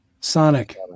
Sonic